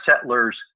settlers